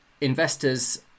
investors